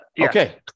Okay